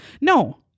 No